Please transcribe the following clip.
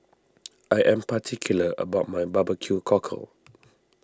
I am particular about my Barbeque Cockle